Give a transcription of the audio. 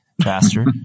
Pastor